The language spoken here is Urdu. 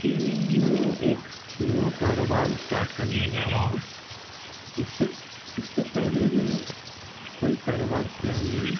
جی میں ایک نیا کاروبار اسٹارٹ کرنے جا رہا ہوں اس سے اس سے پہلے میں کوئی کاروبار کیا نہیں ہوں